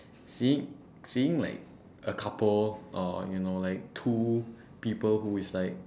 seeing seeing like a couple or you know like two people who is like